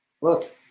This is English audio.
Look